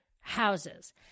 houses